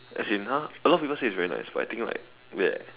as in !huh! a lot of people say it's very nice but I think like meh